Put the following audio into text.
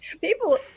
people